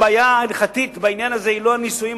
הבעיה ההלכתית בעניין הזה היא לא הנישואים,